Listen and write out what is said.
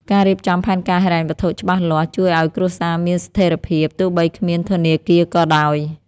ការរៀបចំផែនការហិរញ្ញវត្ថុច្បាស់លាស់ ជួយឱ្យគ្រួសារមានស្ថិរភាព ទោះបីគ្មានធនាគារក៏ដោយ។